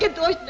ah boy